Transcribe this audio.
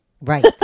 right